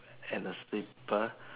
and a slipper